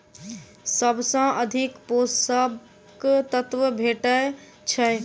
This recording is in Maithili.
सबसँ अधिक पोसक तत्व भेटय छै?